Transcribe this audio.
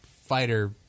fighter